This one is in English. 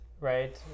right